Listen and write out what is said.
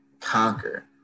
conquer